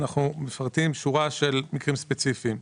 אנחנו מפרטים שורה של מקרים ספציפיים.